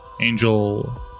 Angel